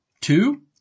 Two